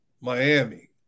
Miami